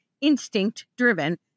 instinct-driven